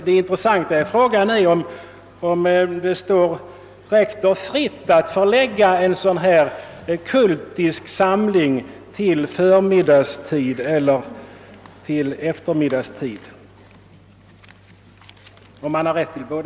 Det intressanta i frågan är alltså om det står rektor fritt att i dessa fall flytta en sådan kultisk samling från förmiddagstid till eftermiddagstid.